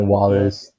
Wallace